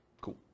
Cool